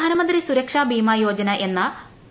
പ്രധാനമന്ത്രി സുരക്ഷാ ബീമാ യോജന എന്ന പി